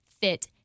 fit